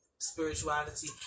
spirituality